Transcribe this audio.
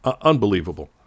unbelievable